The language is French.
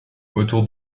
autour